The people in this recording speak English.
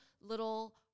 little